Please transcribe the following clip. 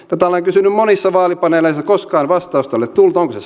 tätä olen kysynyt monissa vaalipaneeleissa koskaan vastausta ei ole tullut onko se